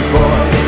boy